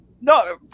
no